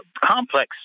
complex